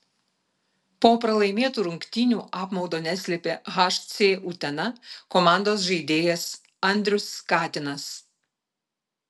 po pralaimėtų rungtynių apmaudo neslėpė hc utena komandos žaidėjas andrius katinas